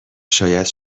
شاید